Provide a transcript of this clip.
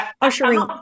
ushering